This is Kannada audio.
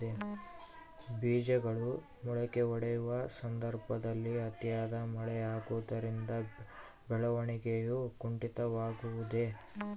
ಬೇಜಗಳು ಮೊಳಕೆಯೊಡೆಯುವ ಸಂದರ್ಭದಲ್ಲಿ ಅತಿಯಾದ ಮಳೆ ಆಗುವುದರಿಂದ ಬೆಳವಣಿಗೆಯು ಕುಂಠಿತವಾಗುವುದೆ?